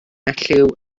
elliw